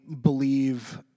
believe